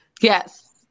Yes